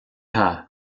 hea